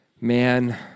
Man